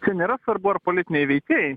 čia nėra svarbu ar politiniai veikėjai